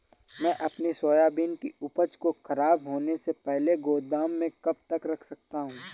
मैं अपनी सोयाबीन की उपज को ख़राब होने से पहले गोदाम में कब तक रख सकता हूँ?